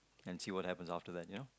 and see what happens after that you know